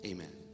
Amen